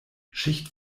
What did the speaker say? schicht